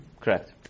correct